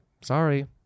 sorry